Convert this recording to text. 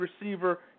receiver